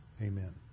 amen